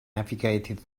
navigated